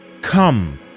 Come